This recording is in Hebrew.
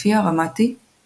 לפי הרמתי,